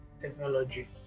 technology